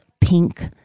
pink